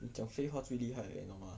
你讲废话最厉害 leh 你懂吗